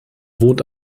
wohnt